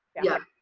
yeah,